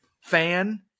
fan